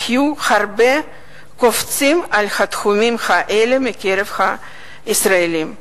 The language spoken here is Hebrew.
יהיו הרבה קופצים על התחומים האלה מקרב הישראלים.